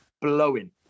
blowing